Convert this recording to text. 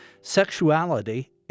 sexuality